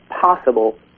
possible